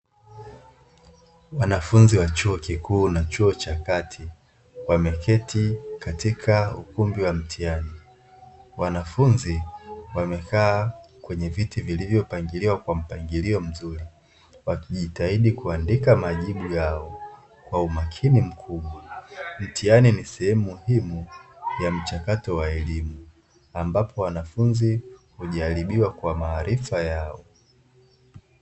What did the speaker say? Wanafunzi wa chuo kikuuu na chuo cha kati, wameketi katika ukumbi wa mtihani. Wanafunzi wamekaa katika viti vilivyopangiliwa katika mpangilio mzuri, wakijitahidi kuandika majibu yao kwa umakini mkubwa. Mtihani ni sehemu muhimu ya mchakato wa elimu, ambapo wanafunzi hujaribiwa kwa maarifa yao.